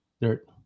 Dirt